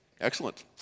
excellent